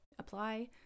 apply